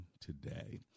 today